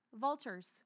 Vultures